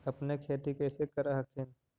अपने खेती कैसे कर हखिन?